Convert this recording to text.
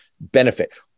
benefit